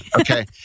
Okay